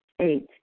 Eight